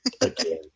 again